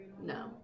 No